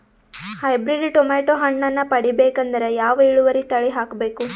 Hybrid tomato ಹಣ್ಣನ್ನ ಪಡಿಬೇಕಂದರ ಯಾವ ಇಳುವರಿ ತಳಿ ಹಾಕಬೇಕು?